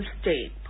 state